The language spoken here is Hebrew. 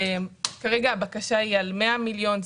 כרגע הבקשה היא ל-100 מיליון שקל,